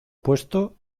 puesto